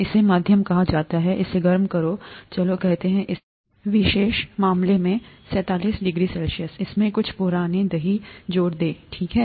इसे माध्यम कहा जाता है इसे गर्म करो चलो कहते हैं इस विशेष मामले में 37 डिग्री सी इसमें कुछ पुराने दही जोड़ें ठीक है